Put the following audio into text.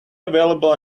available